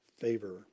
favor